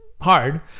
hard